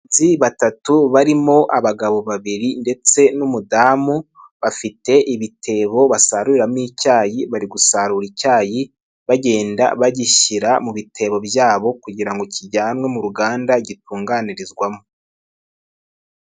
Abahinzi batatu, barimo abagabo babiri ndetse n'umudamu, bafite ibitebo basaruriramo icyayi, bari gusarura icyayi, bagenda bagishyira mu bitebo byabo, kugira ngo kijyanwe mu ruganda gitunganirizwamo.